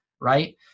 right